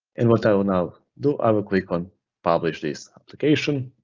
and what i will now do, i will click on publish this application,